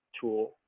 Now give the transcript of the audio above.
tool